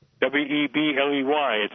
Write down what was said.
W-E-B-L-E-Y